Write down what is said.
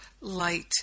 light